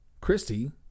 Christy